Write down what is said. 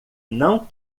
não